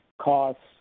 costs